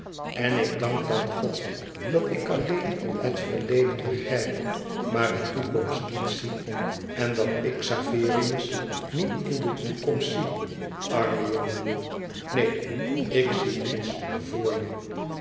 en ik dank dan god dat ik alleen het verleden begrijp maar de toekomst niet zie en dat ik xaverius niet in de toekomst zie arme jongen neen ik zie niets voor je